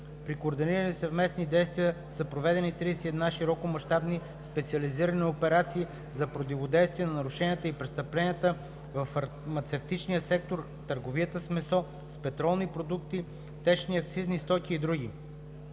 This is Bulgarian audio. При координирани съвместни действия са проведени 31 широкомащабни специализирани операции за противодействие на нарушения и престъпления във фармацевтичния сектор, търговията с месо, с петролни продукти, течни акцизни стоки и др.